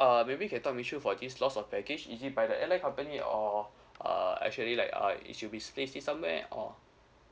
uh maybe can talk issue for this loss of baggage is it by the airline company or uh actually like uh it should be place in somewhere or